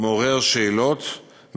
מעורר שאלות,